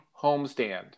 homestand